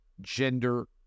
gender